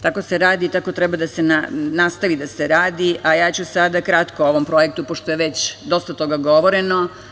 Tako se radi i tako treba da se nastavi da se radi, a ja ću sada kratko o ovom projektu, pošto je već dosta toga govoreno.